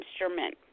instrument